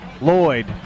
Lloyd